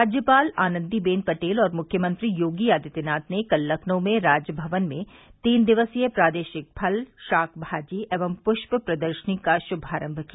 राज्यपाल आनंदीबेन पटेल और मुख्यमंत्री योगी आदित्यनाथ ने कल लखनऊ में राजभवन में तीन दिवसीय प्रादेशिक फल शाक भाजी एवं पृष्प प्रदर्शनी का शुभारम्म किया